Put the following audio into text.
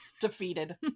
defeated